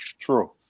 True